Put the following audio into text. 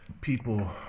people